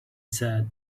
said